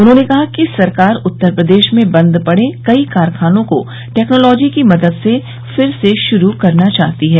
उन्होंने कहा कि सरकार उत्तर प्रदेश में बंद पड़े कई कारखानों को टेक्नॉलोजी की मदद से फिर से शुरू करना चाहती है